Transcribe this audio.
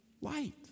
light